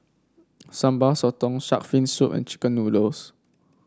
Sambal Sotong shark's fin soup and chicken noodles